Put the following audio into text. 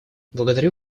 благодарю